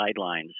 guidelines